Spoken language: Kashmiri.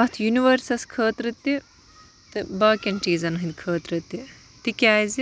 اَتھ یوٗنِوٲرسَس خٲطرٕ تہِ تہٕ باقیَن چیٖزَن ہٕنٛدِ خٲطرٕ تہِ تِکیٛازِ